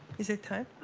is it time?